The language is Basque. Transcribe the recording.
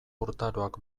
urtaroak